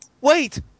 wait